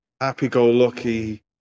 happy-go-lucky